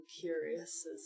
curious